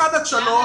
1 עד 3,